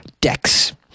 decks